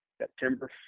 September